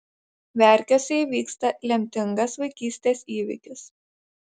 verkiuose įvyksta lemtingas vaikystės įvykis